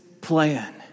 plan